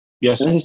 yes